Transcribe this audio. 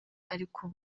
ariko